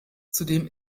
zudem